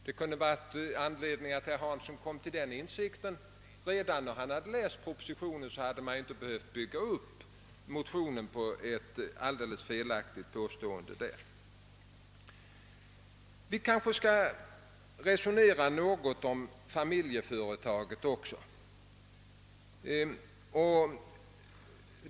Om herr Hansson hade uppmärksammat detta när han läste propositionen behövde motionen inte ha byggt på ett felaktigt påstående. Vi kanske skall resonera något om familjeföretaget också.